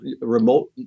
remote